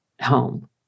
home